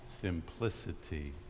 simplicity